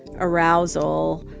arousal,